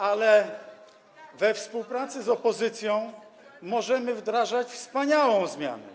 ale we współpracy z opozycją możemy wdrażać wspaniałą zmianę.